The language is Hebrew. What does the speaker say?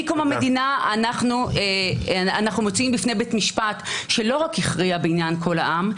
מקום המדינה אנחנו מוציאים בפני בית משפט שלא רק הכריע בעניין קול העם,